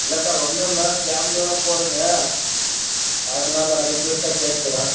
இல்லை சார் ஒன்றும் இல்லை ஃபேமிலியோடு போகிறோங்க அதனால அது கோசரம் கேட்டுக்கிறேன்